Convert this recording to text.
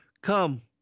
Come